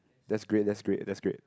that's great that's great that's great